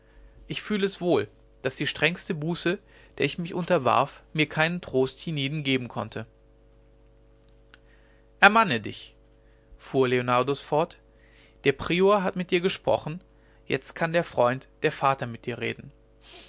ich fühl es wohl daß die strengste buße der ich mich unterwarf mir keinen trost hienieden geben konnte ermanne dich fuhr leonardus fort der prior hat mit dir gesprochen jetzt kann der freund der vater mit dir reden